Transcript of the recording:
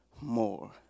more